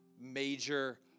major